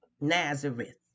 Nazareth